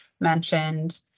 mentioned